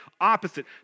opposite